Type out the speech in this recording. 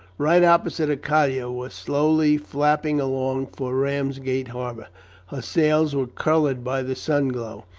right opposite, a collier was slowly flap ping along for ramsgate harbour her sails were coloured by the sun-glow,